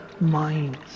minds